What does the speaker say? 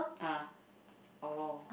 ah oh